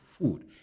food